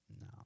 No